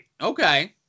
okay